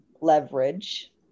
Leverage